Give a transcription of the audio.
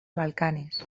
balcanes